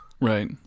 right